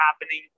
happening